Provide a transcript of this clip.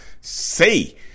Say